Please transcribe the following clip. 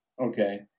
okay